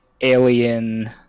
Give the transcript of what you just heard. alien